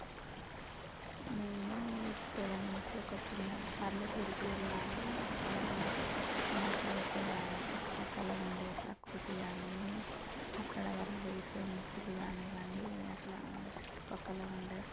నేనూ ఇక్కడ నుంచి ఒక చిన్న పల్లెటూరికి వెళ్ళాలి అక్కడా నాకు అక్కడా చుట్టుపక్కల ఉండే ప్రకృతి కానీ అక్కడ వాళ్ళు వేసే ముగ్గులు కానివ్వండి అట్లా చుట్టుప్రక్కల ఉండే